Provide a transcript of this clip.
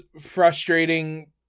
frustrating